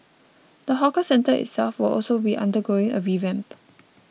the hawker centre itself will also be undergoing a revamp